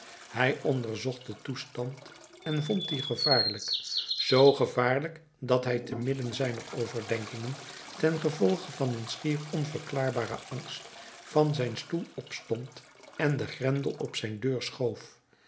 hij onderzocht den toestand en vond dien gevaarlijk zoo gevaarlijk dat hij te midden zijner overdenkingen ten gevolge van een schier onverklaarbaren angst van zijn stoel opstond en den grendel op zijn deur schoof